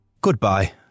Goodbye